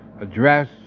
address